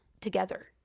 Together